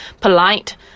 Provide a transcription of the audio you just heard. polite